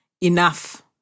enough